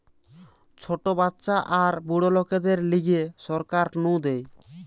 ছোট বাচ্চা আর বুড়োদের লিগে সরকার নু দেয়